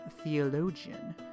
theologian